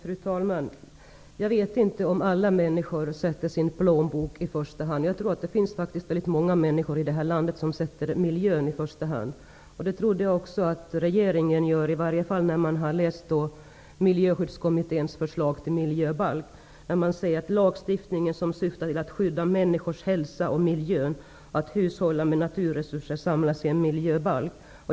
Fru talman! Jag vet inte om alla människor sätter sin plånbok i första hand. Jag tror faktiskt att det finns rätt många människor i det här landet som sätter miljön i första hand. Det trodde jag att också regeringen gjorde, i varje fall när jag läste Miljöskyddskommitténs förslag till miljöbalk. Där sägs det att lagstiftning som syftar till att skydda människors hälsa och miljö samt till att hushålla med naturresurser skall samlas i en miljöbalk.